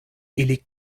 ili